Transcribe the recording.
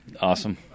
awesome